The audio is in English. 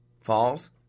False